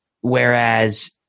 Whereas